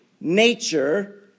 nature